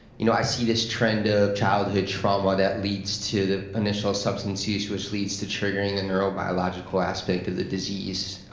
you know i see this trend of ah childhood trauma that leads to the initial substance abuse which leads to triggering the neuro biological aspect of the disease.